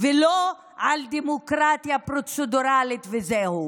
לא על דמוקרטיה פרוצדורלית וזהו,